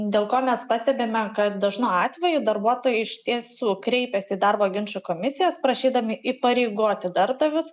dėl ko mes pastebime kad dažnu atveju darbuotojai iš tiesų kreipiasi į darbo ginčų komisijas prašydami įpareigoti darbdavius